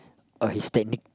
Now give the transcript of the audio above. uh his technique